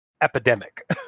epidemic